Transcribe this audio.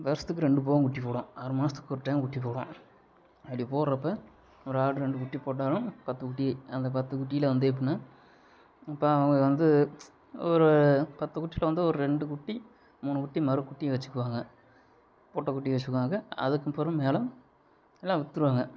வருஷத்துக்கு ரெண்டு போகம் குட்டி போடும் ஆறு மாதத்துக்கு ஒரு டயம் குட்டி போடும் அப்படி போடுறப்ப ஒரு ஆடு ரெண்டு குட்டி போட்டாலும் பத்து குட்டி அந்த பத்து குட்டியில் வந்து எப்புடின்னா இப்போ அவங்க வந்து ஒரு பத்து குட்டியில் வந்து ஒரு ரெண்டு குட்டி மூணு குட்டி மறு குட்டியும் வச்சிக்குவாங்க பொட்டை குட்டி வச்சிக்குவாங்க அதுக்கப்பறம் மேலும் எல்லா விற்றுடுவாங்க